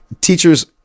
teachers